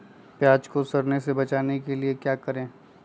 प्याज को सड़ने से बचाने के लिए क्या करें?